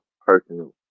personal